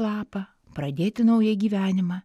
lapą pradėti naują gyvenimą